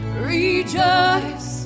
rejoice